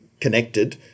connected